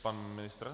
Pan ministr?